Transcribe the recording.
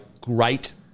Great